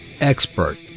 Expert